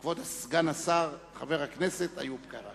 כבוד סגן השר, חבר הכנסת איוב קרא.